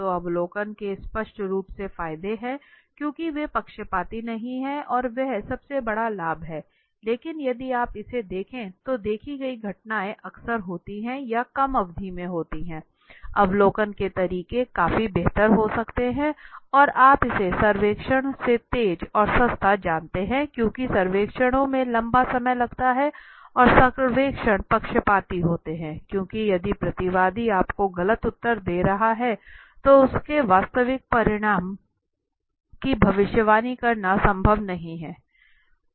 तो अवलोकन के स्पष्ट रूप से फायदे हैं क्योंकि वे पक्षपाती नहीं हैं और वह सबसे बड़ा लाभ है लेकिन यदि आप इसे देखें तो देखी गई घटनाएं अक्सर होती हैं या कम अवधि में होती हैं अवलोकन के तरीके काफी बेहतर हो सकते हैं और आप इसे सर्वेक्षण से तेज और सस्ता जानते हैं क्योंकि सर्वेक्षणों में लंबा समय लगता है और सर्वेक्षण पक्षपाती होते हैं क्योंकि यदि प्रतिवादी आपको गलत उत्तर दे रहा है तो उसके वास्तविक परिणाम की भविष्यवाणी करना संभव नहीं है